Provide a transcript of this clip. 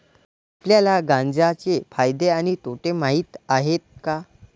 आपल्याला गांजा चे फायदे आणि तोटे माहित आहेत का?